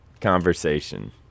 conversation